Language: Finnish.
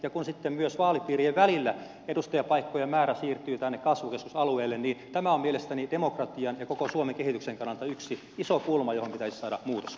ja kun sitten myös vaalipiirien välillä edustajanpaikkoja siirtyy tänne kasvukeskusalueille niin tämä on mielestäni demokratian ja koko suomen kehityksen kannalta yksi iso pulma johon pitäisi saada muutos